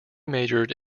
majored